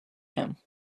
him